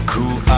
Cool